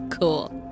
Cool